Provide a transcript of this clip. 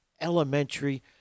elementary